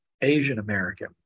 Asian-American